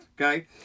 Okay